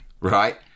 right